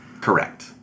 Correct